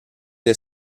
est